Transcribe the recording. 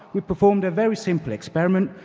we've performed a very simple experiment,